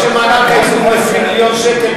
לא יכול להיות שמענק האיזון הוא 20 מיליון שקל,